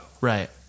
Right